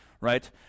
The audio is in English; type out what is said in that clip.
right